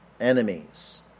enemies